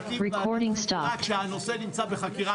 הישיבה ננעלה בשעה